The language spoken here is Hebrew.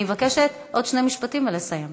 אני מבקשת, עוד שני משפטים ולסיים.